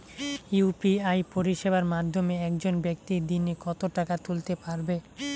UPI পরিষেবার মাধ্যমে একজন ব্যাক্তি দিনে কত টাকা তুলতে পারবে?